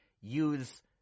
use